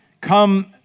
come